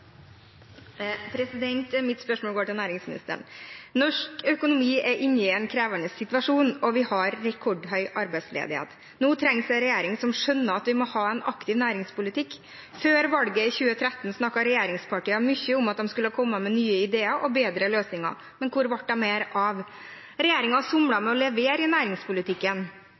vi har rekordhøy arbeidsledighet. Nå trengs en regjering som skjønner at vi må ha en aktiv næringspolitikk. Før valget i 2013 snakket regjeringspartiene mye om at de skulle komme med nye ideer og bedre løsninger, men hvor ble disse av? Regjeringen somler med å levere i næringspolitikken.